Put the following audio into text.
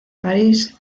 parís